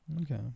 Okay